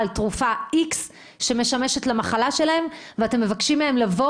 תרופה X שמשמשת למחלה שלהם ואתם מבקשים מהם לבוא